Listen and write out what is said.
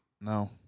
No